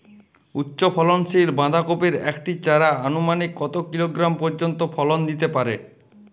উচ্চ ফলনশীল বাঁধাকপির একটি চারা আনুমানিক কত কিলোগ্রাম পর্যন্ত ফলন দিতে পারে?